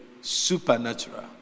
supernatural